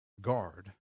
guard